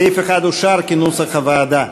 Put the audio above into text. סעיף 1 אושר כנוסח הוועדה.